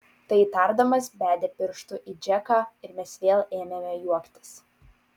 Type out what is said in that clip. tai tardamas bedė pirštu į džeką ir mes vėl ėmėme juoktis